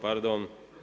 Pardon.